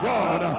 God